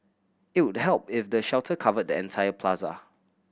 it would help if the shelter covered the entire plaza